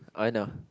Erna